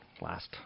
Last